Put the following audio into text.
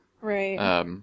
Right